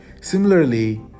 Similarly